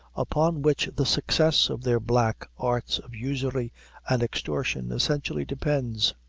upon which the success of their black arts of usury and extortion essentially depends.